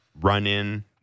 run-in